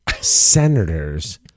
senators